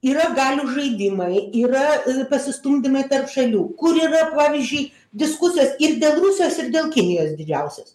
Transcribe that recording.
yra galių žaidimai yra pasistumdymai tarp šalių kur yra pavyzdžiui diskusijos ir dėl rusijos ir dėl kinijos didžiausios